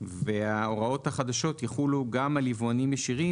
וההוראות החדשות יחולו גם על יבואנים ישירים